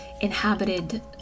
inhabited